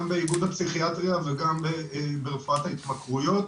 גם באיגוד הפסיכיאטריה וגם ברפואת ההתמכרויות.